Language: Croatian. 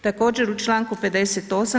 Također u članku 58.